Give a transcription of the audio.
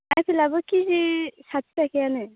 आफेलाबो केजि साथि थाखायानो